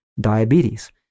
diabetes